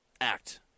Act